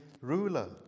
Ruler